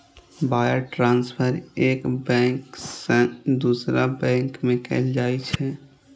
wire transfer एक bank सं दोसर बैंक में कैल जाइ छै